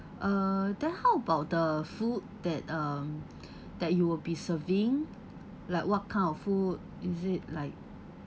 uh then how about the food that um that you will be serving like what kind of food is it like